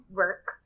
work